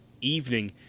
evening